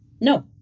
no